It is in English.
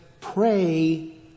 pray